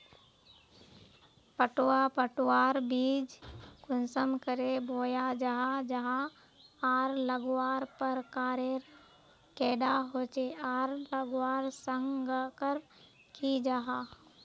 पटवा पटवार बीज कुंसम करे बोया जाहा जाहा आर लगवार प्रकारेर कैडा होचे आर लगवार संगकर की जाहा?